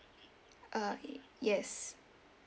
uh yes